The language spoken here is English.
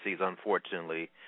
unfortunately